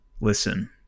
Listen